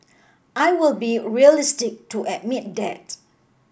I will be realistic to admit that